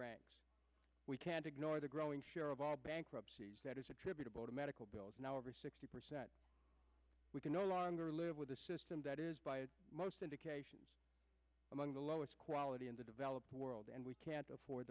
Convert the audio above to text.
e we can't ignore the growing share of all bankruptcies that is attributable to medical bills now over sixty percent we can no longer live with a system that is by most indications among the lowest quality in the developed world and we can't afford